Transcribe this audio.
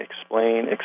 explain